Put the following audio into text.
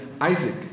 Isaac